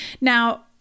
Now